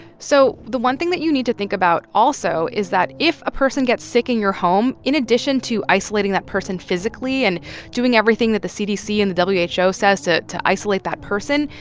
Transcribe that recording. so the one thing that you need to think about also is that if a person gets sick in your home, in addition to isolating that person physically and doing everything that the cdc and the who yeah says to to isolate that person,